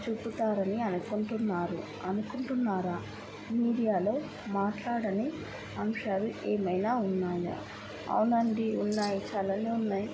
చూపుతారని అనుకుంటున్నారు అనుకుంటున్నారా మీడియాలో మాట్లాడని అంశాలు ఏమైనా ఉన్నాయా అవునండీ ఉన్నాయి చాలానే ఉన్నాయి